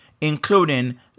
including